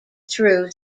true